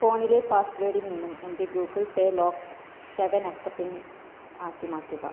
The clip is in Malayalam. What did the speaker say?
ഫോണിലെ പാസ്വേഡിൽ നിന്നും എൻ്റെ ഗൂഗിൾ പേ ലോക്ക് സെവൻ അക്ക പിൻ ആക്കി മാറ്റുക